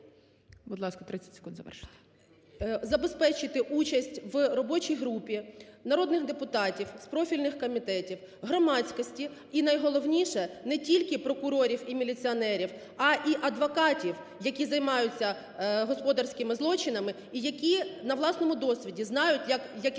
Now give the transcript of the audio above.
забезпечити участь в робочій групі народних депутатів з профільних комітетів, громадськості, і найголовніше, не тільки прокурорів і міліціонерів, а й адвокатів, які займаються господарськими злочинами, і які на власному досвіді знають, які порушення